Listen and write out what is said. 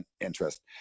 interest